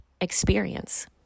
experience